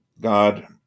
God